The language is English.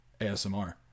ASMR